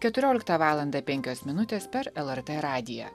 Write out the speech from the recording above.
keturioliktą valandą penkios minutės per lrt radiją